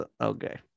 Okay